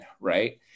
right